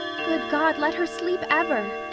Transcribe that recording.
good god, let her sleep ever!